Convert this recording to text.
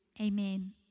Amen